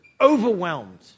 overwhelmed